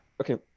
Okay